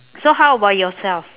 so how about yourself